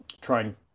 Trying